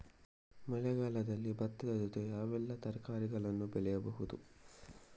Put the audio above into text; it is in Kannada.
ಮಳೆಗಾಲದಲ್ಲಿ ಭತ್ತದ ಜೊತೆ ಯಾವೆಲ್ಲಾ ತರಕಾರಿಗಳನ್ನು ಬೆಳೆಯಬಹುದು?